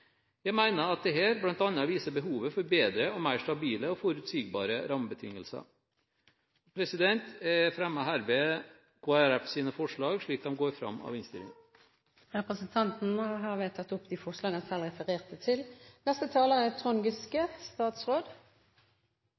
Jeg mener dette viser bl.a. behovet for bedre og mer stabile og forutsigbare rammebetingelser. Jeg fremmer herved Kristelig Folkepartis forslag slik de går frem av innstillingen. Representanten Steinar Reiten har tatt opp de forslagene han refererte til. Industrien er